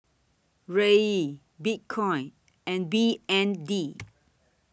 Riel Bitcoin and B N D